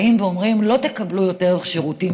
באים ואומרים: לא תקבלו יותר שירותים